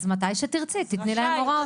אז מתי שתרצי תתני להם הוראות.